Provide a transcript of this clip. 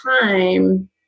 time